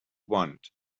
want